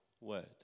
word